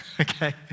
okay